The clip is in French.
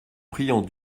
priant